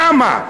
למה?